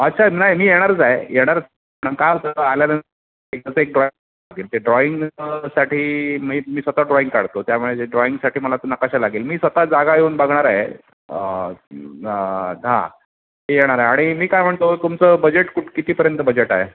अच्छा नाही मी येणारच आहे येणारच का होतं आल्यानंतर एकाच एक ड्रॉईंग लागेल ते ड्रॉईंगसाठी मी मी स्वत ड्रॉईंग काढतो त्यामुळे ते ड्रॉइंगसाठी मला तर नकाशा लागेल मी स्वत जागा येऊन बघणार आहे हा ते येणारे आणि मी काय म्हणतो तुमचं बजेट कु कितीपर्यंत बजेट आहे